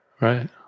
right